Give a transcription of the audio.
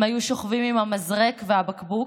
הם היו שוכבים עם המזרק והבקבוק,